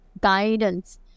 guidance